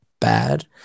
bad